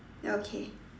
okay